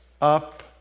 up